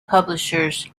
publishers